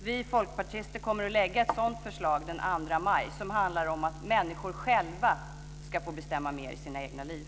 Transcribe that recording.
Vi folkpartister kommer att lägga fram ett sådant förslag den 2 maj. Det handlar om att människor själva ska få bestämma mer i sina egna liv.